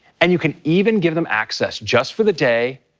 and you can even give them access just for the day,